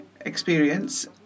experience